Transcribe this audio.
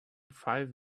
five